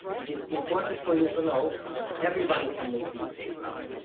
it is important for you to know that everybody can make deepfakes now.